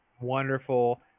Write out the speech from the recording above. Wonderful